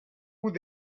would